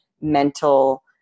mental